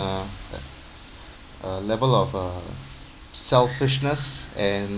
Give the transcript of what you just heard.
uh level of uh selfishness and